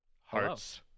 hearts